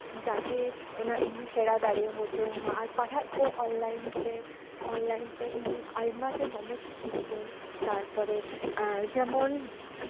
ᱡᱟᱛᱮ ᱚᱱᱟ ᱤᱧ ᱥᱮᱲᱟ ᱫᱟᱲᱮ ᱦᱚᱪᱚᱧ ᱢᱟ ᱟᱨ ᱯᱟᱲᱦᱟᱜ ᱠᱚ ᱚᱱᱞᱟᱭᱤᱱ ᱛᱮ ᱚᱱᱞᱟᱭᱤᱱ ᱛᱮ ᱤᱧ ᱟᱭᱢᱟ ᱜᱮ ᱫᱚᱢᱮ ᱠᱩᱥᱤᱭᱟᱜ ᱟᱹᱧ ᱛᱟᱨᱯᱚᱨᱮ ᱡᱮᱢᱚᱱ